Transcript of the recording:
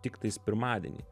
tiktais pirmadienį